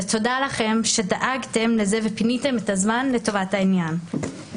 ותודה לכם שדאגתם לזה ופיניתם את הזמן לטובת העניין.